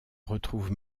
retrouve